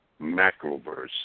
macroverse